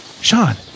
Sean